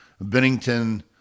Bennington